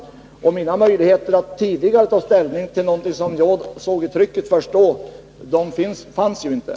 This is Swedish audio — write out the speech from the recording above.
Jag hade alltså inte möjlighet att tidigare ta ställning till detta — jag såg skrivningen i tryck först vid det tillfället.